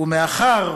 ומאחר",